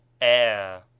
air